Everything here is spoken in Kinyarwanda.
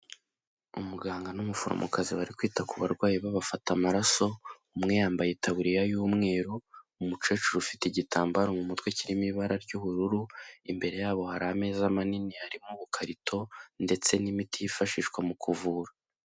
Umuganga n'umuforomokazi bari kwita ku barwayi babafata amaraso, umwe yambaye itaburiya y'umweru, umukecuru ufite igitambaro mu mutwe kirimo ibara ry'ubururu, imbere yabo hari ameza manini arimo ubukarito ndetse n'imiti yifashishwa mu kuvura.